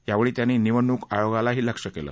यावेळी त्यांनी निवडणूक आयोगालाही लक्ष्य केलं